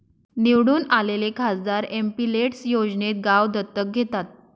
निवडून आलेले खासदार एमपिलेड्स योजनेत गाव दत्तक घेतात